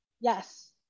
Yes